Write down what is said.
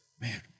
man